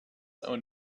own